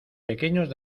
pequeños